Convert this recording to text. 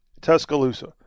Tuscaloosa